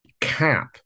cap